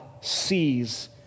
sees